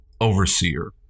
overseer